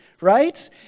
right